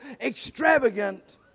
extravagant